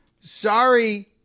Sorry